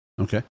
Okay